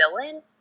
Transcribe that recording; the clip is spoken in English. villain